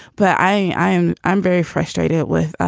but i am i'm very frustrated with